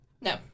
No